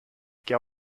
que